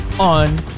on